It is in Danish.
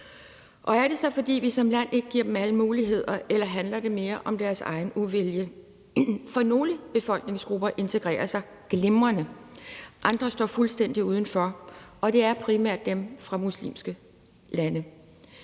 Er det så, fordi vi som land ikke giver dem alle muligheder, eller handler det mere om deres egen uvilje? For nogle befolkningsgrupper integrerer sig glimrende. Andre står fuldstændig udenfor, og det er primært dem fra muslimske lande.